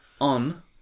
on